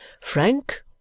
Frank